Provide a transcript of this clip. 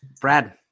Brad